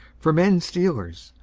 for menstealers,